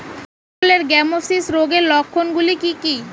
পটলের গ্যামোসিস রোগের লক্ষণগুলি কী কী?